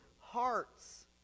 hearts